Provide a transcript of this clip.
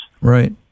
Right